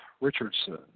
Richardson